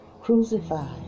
crucified